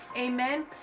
amen